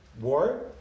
war